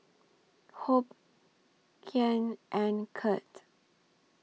Hope Kyan and Curt